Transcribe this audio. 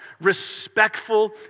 respectful